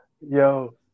Yo